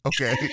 Okay